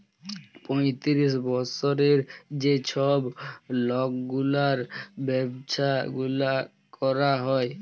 পঁয়তিরিশ বসরের যে ছব লকগুলার ব্যাবসা গুলা ক্যরা হ্যয়